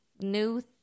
new